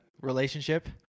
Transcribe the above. relationship